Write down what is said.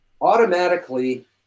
automatically